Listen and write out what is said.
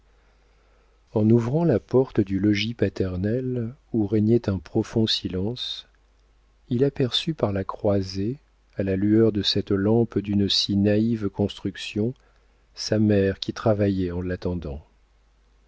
en ouvrant la porte du logis paternel où régnait un profond silence il aperçut par la croisée à la lueur de cette lampe d'une si naïve construction sa mère qui travaillait en l'attendant